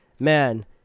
Man